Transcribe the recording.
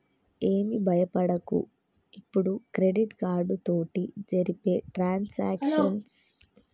ఏమి భయపడకు ఇప్పుడు క్రెడిట్ కార్డు తోటి జరిపే ట్రాన్సాక్షన్స్ ని ఆన్లైన్లో ఇప్పుడు సులభంగా చేసుకోవచ్చు